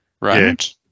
right